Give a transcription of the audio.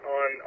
on